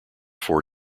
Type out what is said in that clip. four